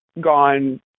gone